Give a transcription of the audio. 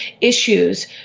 issues